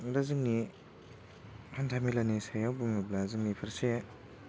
दा जोंनि हान्थामेलानि सायाव बुङोब्ला जोंनि फारसे